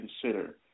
consider